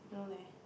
no leh